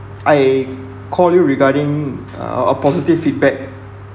I call you regarding uh a positive feedback